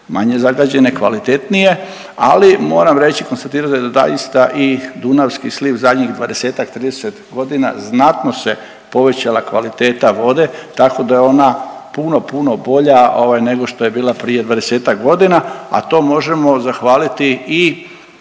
manje zagađene, kvalitetnije, ali moram reći, konstatirati da je zaista i dunavski sliv zadnjih 20-ak, 30 godina znatno se povećala kvaliteta vode tako da je ona puno, puno bolja ovaj nego što je bila prije 20-ak godina, a to možemo zahvaliti i